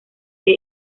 que